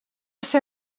ser